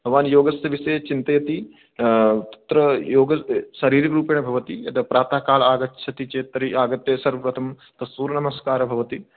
भवान् योगस्य विषये चिन्तयति तत्र योग शारीरिकरूपेण भवति यदा प्रातःकाल आगच्छति चेत् तर्हि आगत्य सर्वप्रथमं सूर्यनमस्कारः भवति